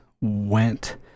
went